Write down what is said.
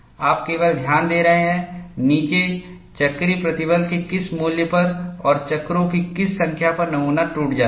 आप केवल ध्यान दे रहे हैं नीचे चक्रीय प्रतिबल के किस मूल्य पर और चक्रों की किस संख्या पर नमूना टूट जाता है